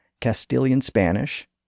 Castilian-Spanish